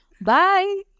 bye